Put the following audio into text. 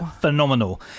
phenomenal